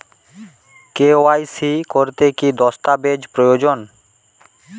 KYC করতে কি দস্তাবেজ প্রয়োজন?